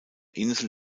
insel